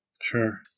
Sure